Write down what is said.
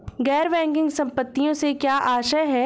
गैर बैंकिंग संपत्तियों से क्या आशय है?